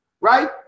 right